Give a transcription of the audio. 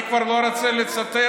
אני כבר לא רוצה לצטט,